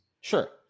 Sure